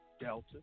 Delta